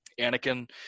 anakin